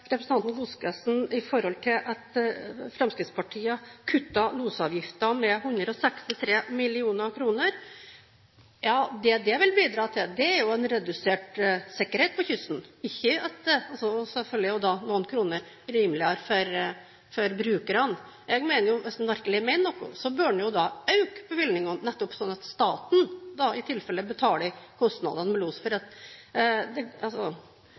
representanten Godskesen og det at Fremskrittspartiet har kuttet losavgiften med 163 mill. kr: Det dette vil bidra til, er redusert sikkerhet langs kysten – og selvfølgelig blir det også noen kroner rimeligere for brukerne. Jeg mener at hvis en virkelig mener noe, bør en øke bevilgningene, sånn at staten i tilfelle betaler kostnadene for los. Den rød-grønne regjeringen er i hvert fall ikke med på at